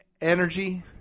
energy